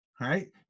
Right